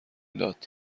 داد